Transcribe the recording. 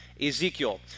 Ezekiel